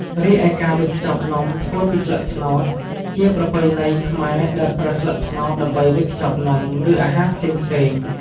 រីឯការវេចខ្ចប់នំធ្វើពីស្លឹកត្នោត ជាប្រពៃណីខ្មែរ ដែលប្រើស្លឹកត្នោតដើម្បីវេចខ្ចប់នំ ឬអាហារផ្សេងៗ។